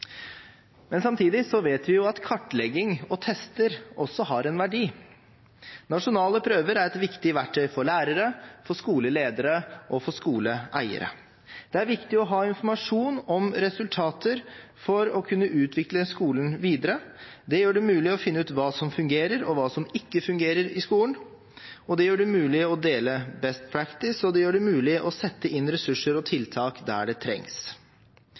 Men samtidig vet vi jo at kartlegging og tester også har en verdi. Nasjonale prøver er et viktig verktøy for lærere, for skoleledere og for skoleeiere. Det er viktig å ha informasjon om resultater for å kunne utvikle skolen videre. Det gjør det mulig å finne ut hva som fungerer, og hva som ikke fungerer, i skolen, og det gjør det mulig å dele «best practice», og det gjør det mulig å sette inn ressurser og tiltak der det trengs.